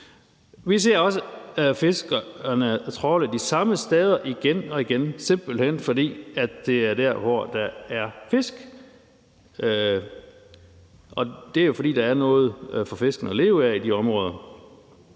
Vi ser også fiskerne trawle de samme steder igen og igen, simpelt hen fordi det er der, hvor der er fisk. Det er jo, fordi der er noget for fiskene at leve af i de områder.